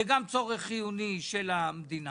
זהו צורך חיוני של המדינה,